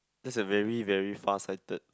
that's very very farsighted